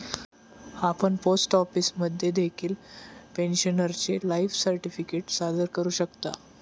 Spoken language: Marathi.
आपण पोस्ट ऑफिसमध्ये देखील पेन्शनरचे लाईफ सर्टिफिकेट सादर करू शकता